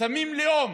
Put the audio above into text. שמים לאום.